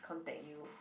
contact you